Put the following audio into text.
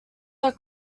are